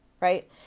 right